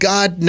God